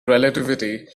relativity